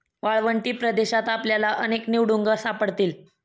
वाळवंटी प्रदेशात आपल्याला अनेक निवडुंग सापडतील